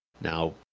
Now